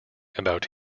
about